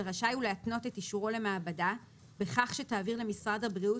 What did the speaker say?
ורשאי הוא להתנות את אישורו למעבדה בכך שתעביר למשרד הבריאות,